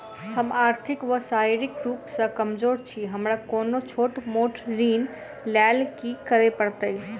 हम आर्थिक व शारीरिक रूप सँ कमजोर छी हमरा कोनों छोट मोट ऋण लैल की करै पड़तै?